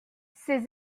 ses